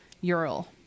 Ural